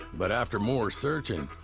but after more searching.